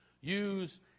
use